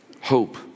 Hope